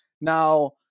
Now